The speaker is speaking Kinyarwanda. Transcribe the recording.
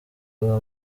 igwa